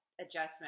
adjustment